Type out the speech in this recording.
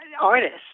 artists